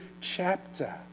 chapter